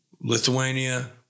Lithuania